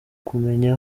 kumenya